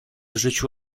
życiu